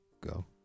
Go